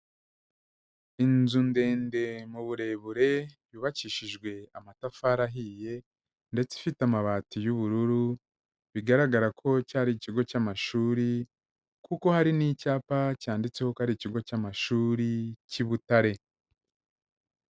Inzu ndende mu burebure yubakishijwe amatafari ahiye ndetse ifite amabati y'ubururu, bigaragara ko cyari ikigo cy'amashuri kuko hari n'icyapa cyanditseho ko ari ikigo cy'amashuri cy'i Butare.